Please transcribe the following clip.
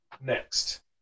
Next